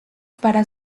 para